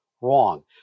wrong